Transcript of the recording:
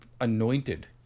anointed